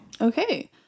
okay